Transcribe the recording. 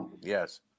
Yes